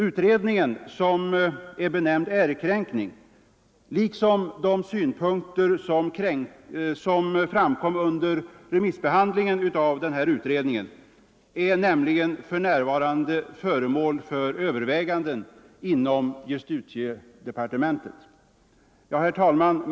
Utredningen, som är benämnd Ärekränkning, är nämligen för närvarande — liksom de synpunkter som framkom under remissbehandlingen av denna utredning — föremål för överväganden inom justitiedepartementet. Herr talman!